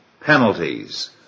penalties